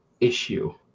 issue